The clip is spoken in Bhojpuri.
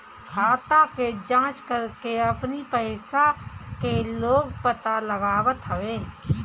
खाता के जाँच करके अपनी पईसा के लोग पता लगावत हवे